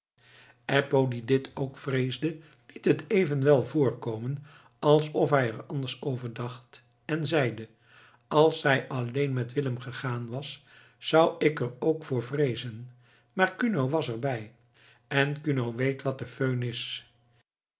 eppo die dit ook vreesde liet het evenwel voorkomen alsof hij er anders over dacht en zeide als zij alleen met willem gegaan was zou ik er ook voor vreezen maar kuno was er bij en kuno weet wat de föhn is